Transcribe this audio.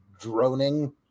droning